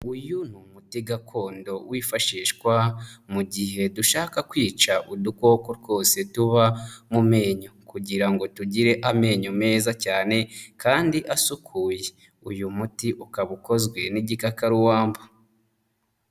Uyu ni umuti gakondo wifashishwa mu gihe dushaka kwica udukoko twose tuba mu menyo kugira ngo tugire amenyo meza cyane kandi asukuye, uyu muti ukaba ukozwe n'igikakarubamba